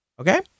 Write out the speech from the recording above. Okay